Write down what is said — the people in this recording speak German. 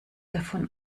davon